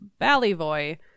Ballyvoy